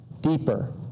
deeper